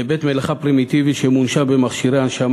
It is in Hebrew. כבית-מלאכה פרימיטיבי שמונשם במכשירי הנשמה,